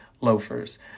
loafers